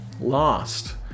lost